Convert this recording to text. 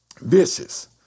vicious